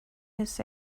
his